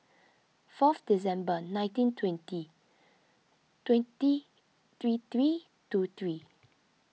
fourth December nineteen twenty twenty three three two three